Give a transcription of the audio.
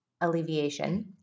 alleviation